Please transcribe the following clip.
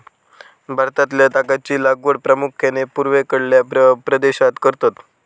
भारतातल्या तागाची लागवड प्रामुख्यान पूर्वेकडल्या प्रदेशात करतत